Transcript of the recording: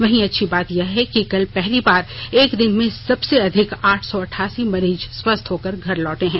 वहीं अच्छी बात यह है कि कल पहली बार एक दिन में सबसे अधिक आठ सौ अटठासी मरीज स्वस्थ होकर घर लौटे हैं